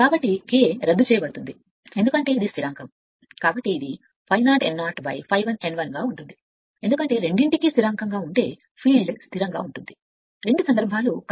కాబట్టి K రద్దు చేయబడుతుంది ఎందుకంటే ఇది స్థిరాంకం కాబట్టి ఇది ∅0 n 0 ∅1 n 1 గా ఉంటుంది ఎందుకంటే రెండింటికీ స్థిరాంకంగా ఉంటే ఫీల్డ్ స్థిరంగా ఉంటుంది 2 సందర్భాలుకరెంట్ 1 యాంపియర్